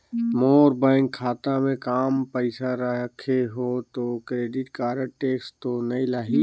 मोर bank खाता मे काम पइसा रखे हो तो क्रेडिट कारड टेक्स तो नइ लाही???